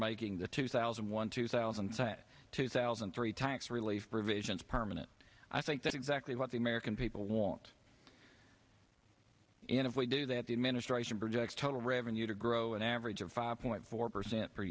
making the two thousand and one two thousand and sat two thousand and three tax relief provisions permanent i think that exactly what the american people want and if we do that the administration projects total revenue to grow an average of five point four percent